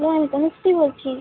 হ্যাঁ আমি তনুশ্রী বলছি